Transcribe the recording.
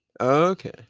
okay